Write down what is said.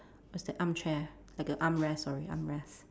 what's that armchair like a armrest sorry armrest